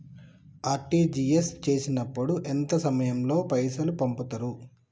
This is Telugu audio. ఆర్.టి.జి.ఎస్ చేసినప్పుడు ఎంత సమయం లో పైసలు పంపుతరు?